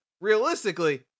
realistically